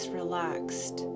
relaxed